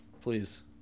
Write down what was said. please